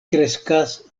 kreskas